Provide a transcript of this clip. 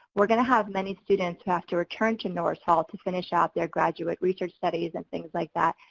we're gonna have many students have to return to norris hall to finish out their graduate research studies and things like that,